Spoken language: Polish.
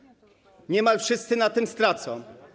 Niemal wszyscy na tym stracą.